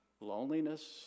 Loneliness